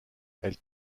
elle